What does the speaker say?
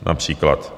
Například.